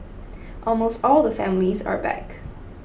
almost all the families are back